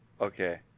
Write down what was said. Okay